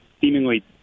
seemingly